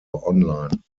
online